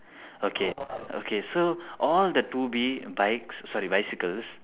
okay okay so all the two B bikes sorry bicycles